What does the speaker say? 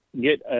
get